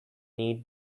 need